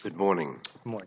good morning more